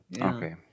Okay